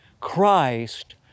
Christ